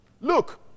Look